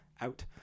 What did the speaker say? out